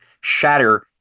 shatter